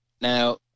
Now